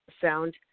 sound